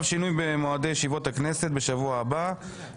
לא צריך קודם לאשר את סעיף 98 ובהתאם צריך את הסעיף הזה?